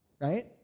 right